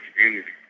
community